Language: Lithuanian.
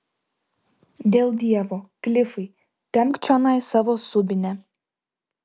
dėl dievo klifai tempk čionai savo subinę